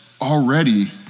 already